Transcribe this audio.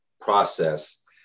process